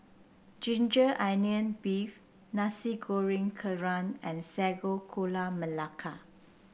ginger onion beef Nasi Goreng Kerang and Sago Gula Melaka